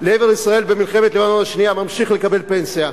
לעבר ישראל במלחמת לבנון השנייה וממשיך לקבל פנסיה,